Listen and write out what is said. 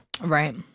Right